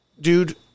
dude